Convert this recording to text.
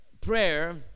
prayer